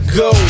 go